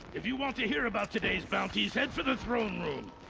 if you want to hear about today's bounties, head for the throne room!